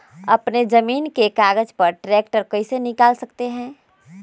अपने जमीन के कागज पर ट्रैक्टर कैसे निकाल सकते है?